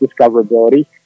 discoverability